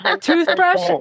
Toothbrush